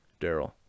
Daryl